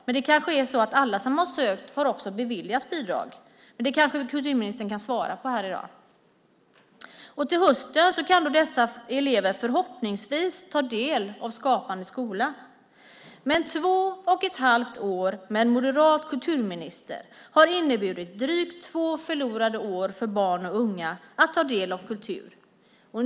Det är kanske så att alla som sökt också har beviljats bidrag. Kanske kan kulturministern ge ett svar om det här i dag. Till hösten kan dessa elever förhoppningsvis ta del av Skapande skola. Men två och ett halvt år med en moderat kulturminister har inneburit drygt två förlorade år för barn och unga att ta del av kultur.